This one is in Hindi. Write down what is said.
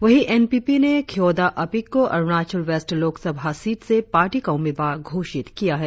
वहीं एनपीपी ने ख्योदा अपिक को अरुणाचल वेस्ट लोकसभा सीट से पार्टी का उम्मीदवार घोषित किया है